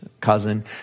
cousin